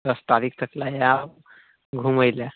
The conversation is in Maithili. दस तारीख तकलए आएब घुमैलए